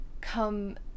come